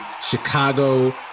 Chicago